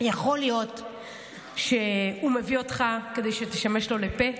יכול להיות שהוא מביא אותך כדי שתשמש לו לפה,